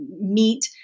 meat